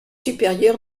supérieur